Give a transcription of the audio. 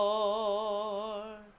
Lord